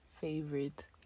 favorite